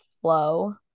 flow